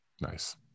nice